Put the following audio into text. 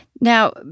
Now